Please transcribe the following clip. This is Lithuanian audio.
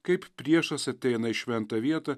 kaip priešas ateina į šventą vietą